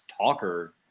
talker